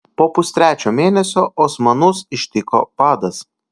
po pustrečio mėnesio osmanus ištiko badas